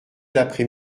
l’après